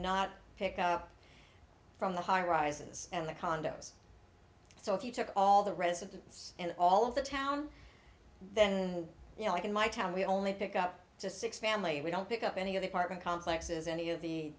not pick up from the high rises and the condos so if you took all the residents and all of the town then you know like in my town we only pick up to six family we don't pick up any other part of complexes any of the